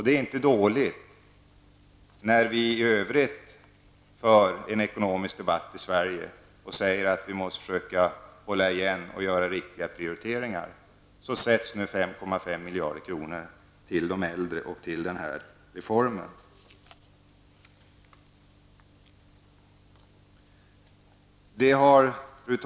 Det är inte dåligt med tanke på att det i övrigt förs en ekonomisk debatt i vårt land som går ut på att vi måste försöka hålla igen och göra riktiga prioriteringar. Då avsätts 5,5 miljarder till denna reform för de äldre.